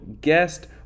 guest